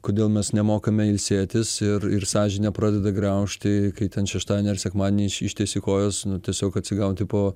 kodėl mes nemokame ilsėtis ir ir sąžinė pradeda graužti kai ten šeštadienį ar sekmadienį ištiesi kojas nu tiesiog atsigauti po